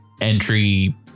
entry